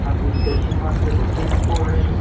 ਹਾਂਜੀ station master Gurpreet Singh ਬੋਲ ਰਹੇ ਜੀ